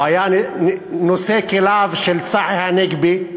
הוא היה נושא כליו של צחי הנגבי,